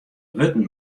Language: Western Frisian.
wurden